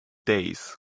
days